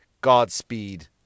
godspeed